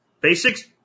basics